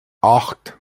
acht